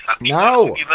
No